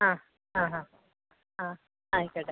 ആ ആ ഹാ ആ ആയിക്കോട്ടെ